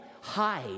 hide